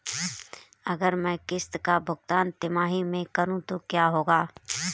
अगर मैं किश्त का भुगतान तिमाही में करूं तो क्या होगा?